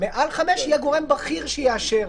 ומעל 5,000 יהיה גורם בכיר שיאשר,